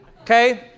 Okay